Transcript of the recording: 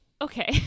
Okay